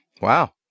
Wow